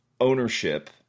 ownership